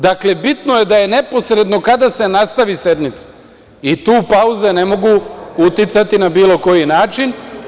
Dakle, bitno je da je neposredno kada se nastavi sednica i tu pauze ne mogu uticati na bilo koji način.